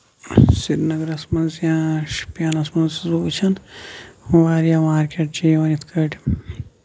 سرینَگرَس منٛز یا شُپیانَس منٛز چھُس بہٕ وٕچھان واریاہ مارکیٹ چھِ یِوان یِتھ کٲٹھۍ